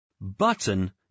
Button